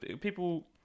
people